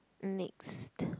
next